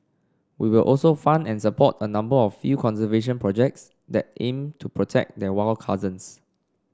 we will also fund and support a number of field conservation projects that aim to protect their wild cousins